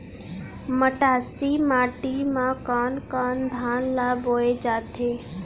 मटासी माटी मा कोन कोन धान ला बोये जाथे?